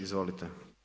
Izvolite.